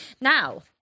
Now